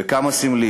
וכמה סמלי